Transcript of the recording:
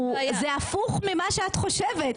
זה הפוך ממה שאת חושבת.